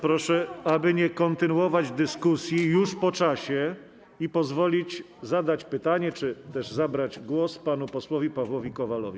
Bardzo proszę, aby nie kontynuować dyskusji już po czasie i pozwolić zadać pytanie czy też zabrać głos panu posłowi Pawłowi Kowalowi.